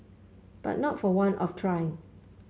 but not for want of trying